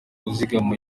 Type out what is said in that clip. kuzigama